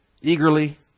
eagerly